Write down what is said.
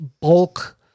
bulk